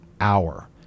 hour